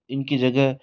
इनकी जगह